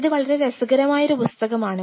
ഇത് വളരെ രസകരമായ ഒരു പുസ്തകമാണ്